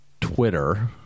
Twitter